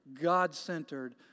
God-centered